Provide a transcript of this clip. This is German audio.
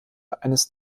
eines